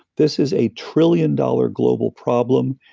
this is a trillion dollar global problem.